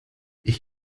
ich